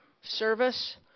service